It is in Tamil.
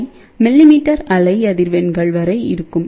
அவை மில்லிமீட்டர் அலை அதிர்வெண்கள் வரை இருக்கும்